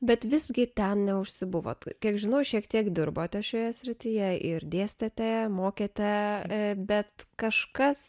bet visgi ten neužsibuvot kiek žinau šiek tiek dirbot šioje srityje ir dėstėte mokėte bet kažkas